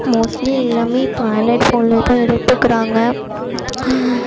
mostly எல்லாம் இப்போது Android ஃபோன்லேயே தான் எடுத்துக்கிறாங்க